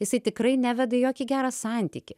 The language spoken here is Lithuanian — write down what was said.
jisai tikrai neveda į jokį gerą santykį